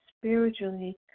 spiritually